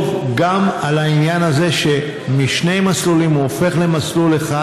גם על העניין הזה שמשני מסלולים הוא הופך למסלול אחד.